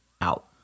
Out